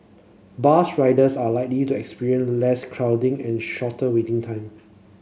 bus riders are likely to experience less crowding and shorter waiting time